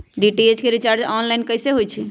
DTH के recharge online कैसे होईछई?